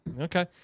Okay